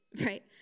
right